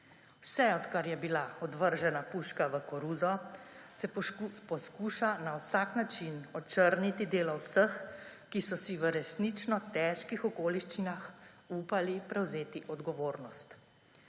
Vse odkar je bila odvržena puška v koruzo, se poskuša na vsak način očrniti delo vseh, ki so si v resnično težkih okoliščinah upali prevzeti odgovornost.